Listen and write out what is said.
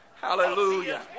Hallelujah